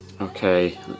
Okay